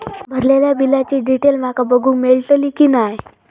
भरलेल्या बिलाची डिटेल माका बघूक मेलटली की नाय?